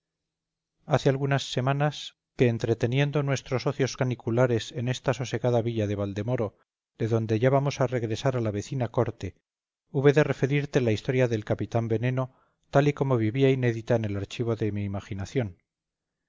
hace algunas semanas que entreteniendo nuestros ocios caniculares en esta sosegada villa de valdemoro de donde ya vamos a regresar a la vecina corte hube de referirte la historia de el capitán veneno tal y como vivía inédita en el archivo de mi imaginación